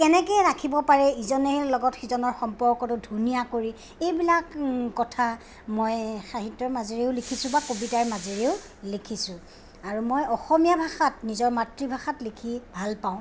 কেনেকৈ ৰাখিব পাৰে ইজনৰ লগত সিজনৰ সম্পৰ্কটো ধুনীয়া কৰি এইবিলাক কথা মই সাহিত্যৰ মাজেৰেও লিখিছোঁ বা কবিতাৰ মাজেৰেও লিখিছোঁ আৰু মই অসমীয়া ভাষাত নিজৰ মাতৃভাষাত লিখি ভালপাওঁ